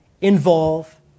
involve